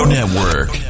Network